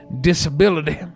disability